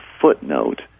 footnote